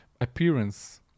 appearance